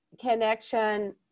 connection